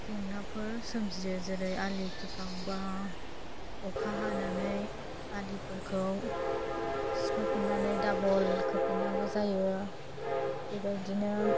जेंनाफोर सोमजियो जेरै आलि खोखांबा अखा हानानै आलिफोरखौ सुस्र' फिननानै दाबल खोफिननांगौ जायो बेबादिनो